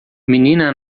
menina